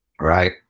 right